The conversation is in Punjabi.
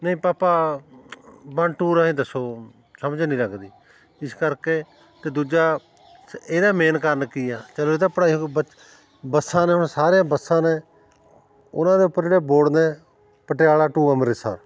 ਨਹੀਂ ਪਾਪਾ ਵਨ ਟੂ ਰਾਹੀਂ ਦੱਸੋ ਸਮਝ ਨਹੀਂ ਲੱਗਦੀ ਇਸ ਕਰਕੇ ਤਾਂ ਦੂਜਾ ਇਹਦਾ ਮੇਨ ਕਾਰਨ ਕੀ ਆ ਚਲੋ ਇਹਦਾ ਪੜ੍ਹਾਈ ਹੋ ਗਈ ਬੱ ਬੱਸਾਂ ਨੇ ਹੁਣ ਸਾਰੇ ਬੱਸਾਂ ਨੇ ਉਹਨਾਂ ਦੇ ਉੱਪਰ ਜਿਹੜੇ ਬੋਰਡ ਨੇ ਪਟਿਆਲਾ ਟੂ ਅੰਮ੍ਰਿਤਸਰ